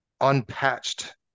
unpatched